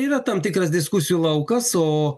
yra tam tikras diskusijų laukas o